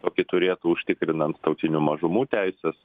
tokį turėtų užtikrinant tautinių mažumų teises